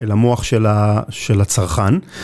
אל המוח של ה... של הצרכן.